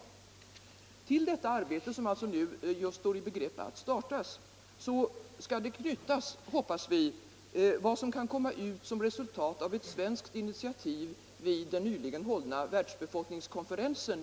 Till detta arbete, som man just står i begrepp att starta, skall knytas, Nr 136 hoppas vi, vad som kan komma att bli resultatet av ett svenskt initiativ Torsdagen den vid den i augusti detta år i FN:s regi hållna världsbefolkningskoferensen.